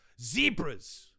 zebras